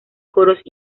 coros